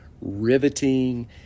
riveting